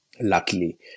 Luckily